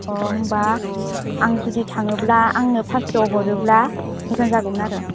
अ होमब्ला आं जुदि थाङोब्ला आङो पास्स' हरोब्ला मोजां जागौमोन आरो